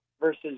versus